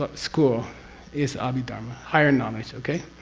ah school is ah abhidharma higher knowledge. okay?